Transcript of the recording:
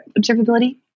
observability